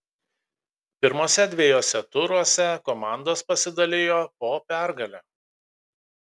pirmuose dviejuose turuose komandos pasidalijo po pergalę